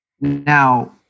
Now